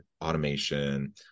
automation